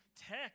tech